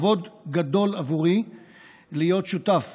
כבוד גדול עבורי להיות שותף